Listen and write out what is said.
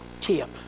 tip